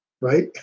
right